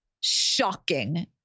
shocking